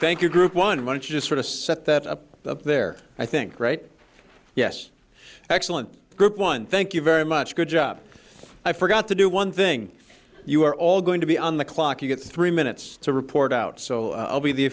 thank your group one month to sort of set that up up there i think right yes excellent group one thank you very much good job i forgot to do one thing you are all going to be on the clock you get three minutes to report out so i'll be the